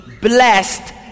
blessed